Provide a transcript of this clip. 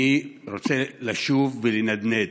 אני רוצה לשוב ולנדנד.